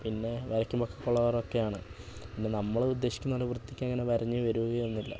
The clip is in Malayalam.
പിന്നെ വരയ്ക്കുമ്പോൾ ഒക്കെ കുളം ആവാറൊക്കെ ആണ് പിന്നെ നമ്മൾ ഉദ്ദേശിക്കുന്നതുപോലെ വൃത്തിയ്ക്ക് അങ്ങനെ വരഞ്ഞു വരികയൊന്നുമില്ല